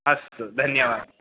अस्तु धन्यवादः